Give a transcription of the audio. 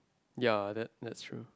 ya that that's true